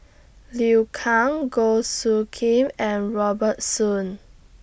Liu Kang Goh Soo Khim and Robert Soon